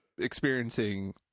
experiencing